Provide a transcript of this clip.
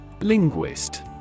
LINGUIST